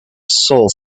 soul